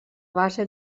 base